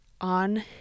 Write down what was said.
on